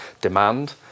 demand